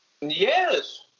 Yes